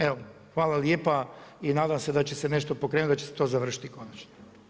Evo hvala lijepa i nadam se da će se nešto pokrenuti da će se to završiti konačno.